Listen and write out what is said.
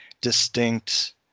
distinct